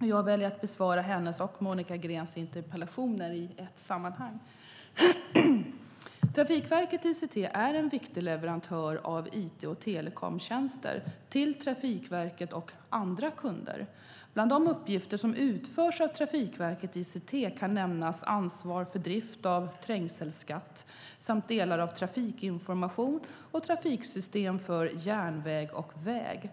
och jag väljer att besvara hennes och Monica Greens interpellationer i ett sammanhang. Trafikverket ICT är en viktig leverantör av it och telekomtjänster till Trafikverket och andra kunder. Bland de uppgifter som utförs av Trafikverket ICT kan nämnas ansvar för drift av trängselskatt samt delar av trafikinformation och trafiksystem för järnväg och väg.